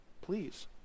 please